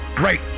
Right